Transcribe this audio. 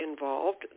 involved